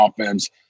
offense